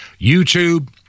YouTube